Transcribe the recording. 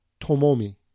Tomomi